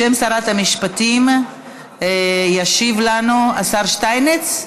בשם שרת המשפטים ישיב לנו, השר שטייניץ?